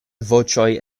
voĉoj